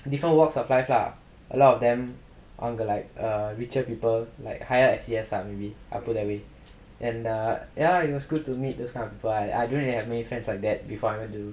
different walks of life lah a lot of them அவங்க:avanga like err richer people like higher S_E_S lah put it that way and err ya it was good to meet those kind of people I I don't really have many friends like that before I went to